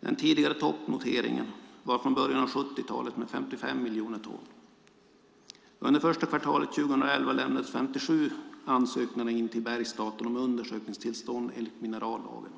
Den tidigare toppnoteringen var från början av 70-talet med 55 miljoner ton. Under första kvartalet 2011 lämnades 57 ansökningar in till Bergsstaten om undersökningstillstånd enligt minerallagen.